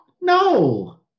No